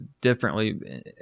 differently